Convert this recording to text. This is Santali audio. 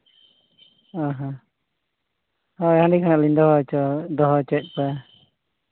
ᱚᱸᱻ ᱦᱚᱸ ᱦᱳᱭ ᱦᱟᱺᱰᱤ ᱦᱟᱸᱜ ᱞᱤᱧ ᱫᱚᱦᱚ ᱦᱚᱪᱚᱭᱮᱜ ᱠᱚᱣᱟ